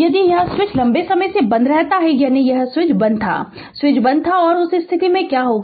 Refer Slide Time 0932 यदि यह switch लंबे समय तक बंद रहता है यानी यह स्विच बंद था स्विच बंद था और उस स्थिति में क्या होगा